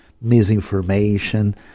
misinformation